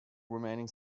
remaining